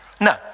No